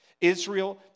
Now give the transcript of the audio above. Israel